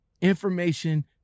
information